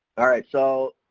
all right, so,